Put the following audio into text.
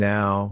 Now